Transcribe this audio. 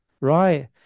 right